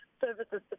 services